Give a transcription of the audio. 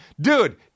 Dude